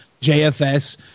JFS